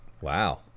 Wow